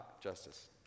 justice